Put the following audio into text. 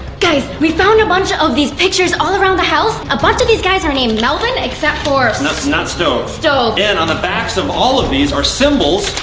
guys, we found a bunch of these pictures all around the house. a bunch of these guys are named melvin, except for st not stove. stove. and on the backs of all of these are symbols.